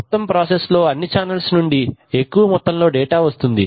మొత్తం ప్రాసెస్ లో అన్ని చానల్స్ నుండి ఎక్కువ మొత్తంలో డేటా వస్తుంది